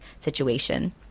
situation